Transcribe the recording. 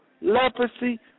Leprosy